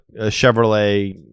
chevrolet